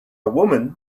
woman